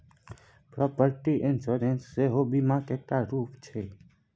property insurance सेहो बीमाक एकटा रुप छै